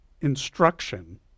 instruction